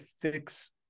fix